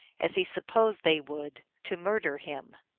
as he sup posed they would, to murder him.